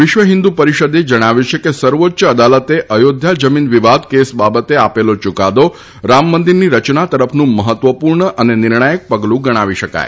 વિશ્વ હિન્દુ પરિષદે જણાવ્યું છે કે સર્વોચ્ય અદાલતે અયોધ્યા જમીન વિવાદ કેસ બાબતે આપેલો યૂકાદો રામમંદિરની રચના તરફનું મહત્વપૂર્ણ અને નિર્ણાયક પગલું ગણાવી શકાય